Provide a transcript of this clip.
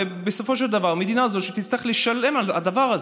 ובסופו של דבר המדינה הזאת תצטרך לשלם על הדבר הזה,